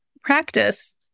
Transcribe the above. practice